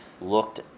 looked